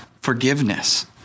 forgiveness